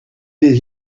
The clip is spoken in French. des